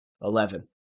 eleven